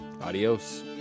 Adios